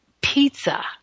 pizza